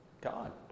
God